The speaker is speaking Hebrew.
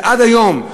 ועד היום,